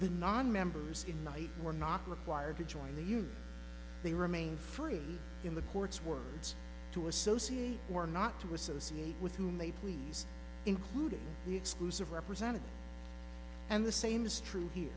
the nonmembers of night were not required to join the use they remain free in the courts words to associate or not to associate with whom they please including the exclusive represented and the same is true he